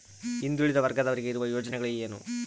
ಹಿಂದುಳಿದ ವರ್ಗದವರಿಗೆ ಇರುವ ಯೋಜನೆಗಳು ಏನು?